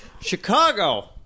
Chicago